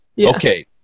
Okay